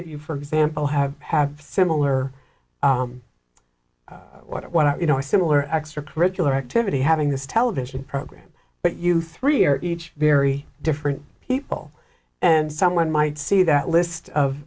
of you for example have have similar what are you know similar extra curricular activity having this television program but you three are each very different people and someone might see that list of